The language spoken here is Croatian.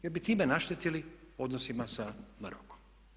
Jer bi time naštetili odnosima sa Marokom.